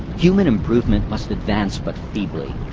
human improvement must advance but feebly.